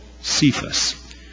Cephas